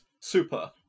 Super